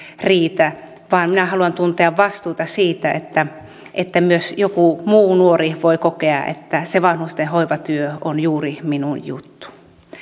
riitä vaan minä haluan tuntea vastuuta siitä että että myös joku muu nuori voi kokea että se vanhusten hoivatyö on juuri minun juttuni